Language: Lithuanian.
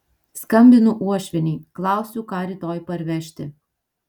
skambinu uošvienei klausiu ką rytoj parvežti